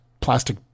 plastic